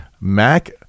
Mac